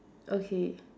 okay